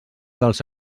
dels